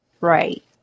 Right